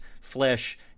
flesh